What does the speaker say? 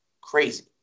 crazy